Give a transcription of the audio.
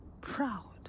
proud